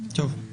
אני